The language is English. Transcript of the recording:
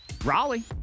Raleigh